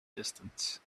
distance